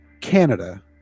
Canada